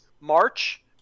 march